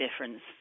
difference